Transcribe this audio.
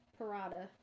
Parada